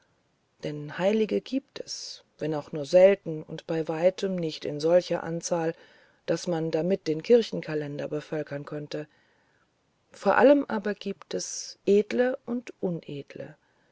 denn heilige gibt es wenn auch nur selten und bei weitem nicht in solcher anzahl daß man damit den kirchenkalender bevölkern könnte vor allem aber gibt es edle und unedle